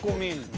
me